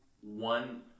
one